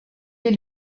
est